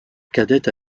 cadette